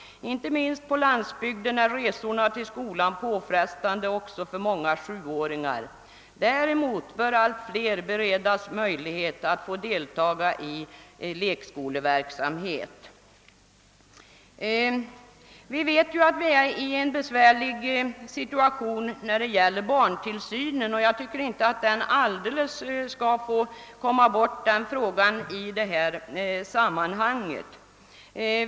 Inte minst på landsbygden är resorna till skolan påfrestande också för många sjuåringar. Däremot bör allt fler beredas möjlighet att få deltaga i förskoleverksamhet.» Vi vet att vi befinner oss i en besvärlig situation när det gäller barntillsyn. och jag anser att denna fråga inte alldeles skall få komma bort i detta sammanhang.